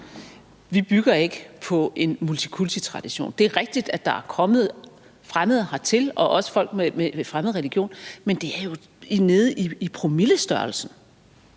Vi bygger ikke på en multikultitradition. Det er rigtigt, at der er kommet fremmede hertil og også folk med fremmede religioner, men det er jo nede i promillestørrelsen